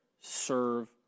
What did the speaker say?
Serve